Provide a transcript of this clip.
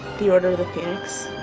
the order of the phoenix.